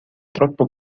troppo